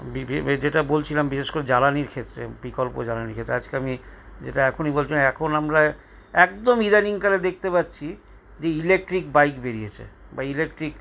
যেটা বলছিলাম বিশেষ করে জ্বালানির ক্ষেত্রে বিকল্প জ্বালানির ক্ষেত্রে আজকে আমি যেটা এখনি বলছিলাম এখন আমরা একদম ইদানিং কালে দেখতে পাচ্ছি যে ইলেকট্রিক বাইক বেরিয়েছে বা ইলেকট্রিক